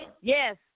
Yes